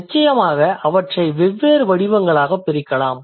நிச்சயமாக அவற்றை வெவ்வேறு வடிவங்களாகப் பிரிக்கலாம்